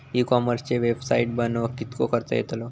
E कॉमर्सची website बनवक किततो खर्च येतलो?